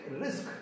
risk